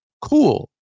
cool